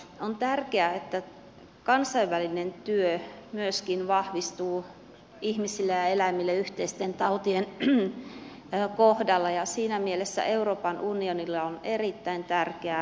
on tärkeää että kansainvälinen työ myöskin vahvistuu ihmisille ja eläimille yhteisten tautien kohdalla ja siinä mielessä euroopan unionilla on erittäin tärkeä rooli